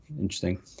interesting